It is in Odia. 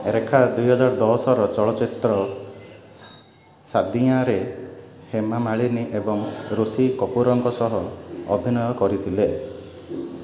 ରେଖା ଦୁଇ ହଜାର ଦଶର ଚଳଚ୍ଚିତ୍ର ସାଦିୟାଁରେ ହେମା ମାଳିନୀ ଏବଂ ରିଷି କପୁରଙ୍କ ସହ ଅଭିନୟ କରିଥିଲେ